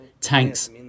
tanks